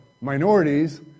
minorities